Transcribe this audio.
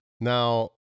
Now